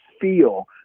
feel